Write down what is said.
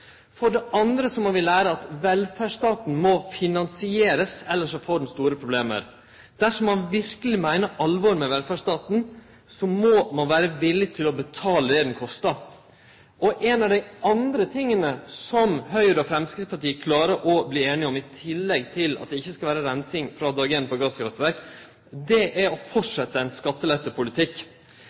For det andre må vi lære at velferdsstaten må finansierast, elles får han store problem. Dersom ein verkeleg meiner alvor med velferdsstaten, så må ein vere villig til å betale det han kostar. Ein av dei andre tinga som Høgre og Framstegspartiet klarer å verte einige om – i tillegg til at det ikkje skal vere reinsing frå dag éin på gasskraftverk – er å fortsetje ein skattelettepolitikk. Det svekkjer moglegheita til å halde oppe ein